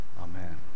Amen